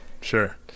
Sure